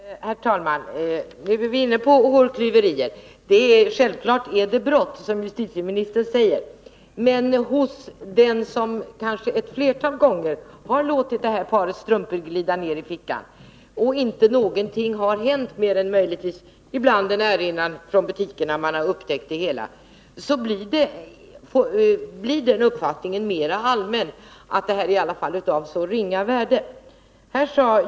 Herr talman! Nu är vi inne på hårklyverier. Självfallet är det brott, som justitieministern säger. Men hos den som kanske ett flertal gånger låtit det här paret strumpor glida ner i fickan, utan att någonting har hänt — mer än möjligtvis att man ibland fått en erinran från butikerna, då saken upptäckts — blir den uppfattningen mera allmän, att det hela är av så ringa värde.